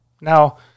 Now